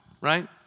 Right